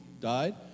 died